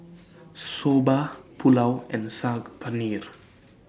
Soba Pulao and Saag Paneer